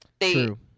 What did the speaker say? True